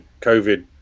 COVID